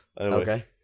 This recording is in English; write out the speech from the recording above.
Okay